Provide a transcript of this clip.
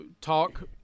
talk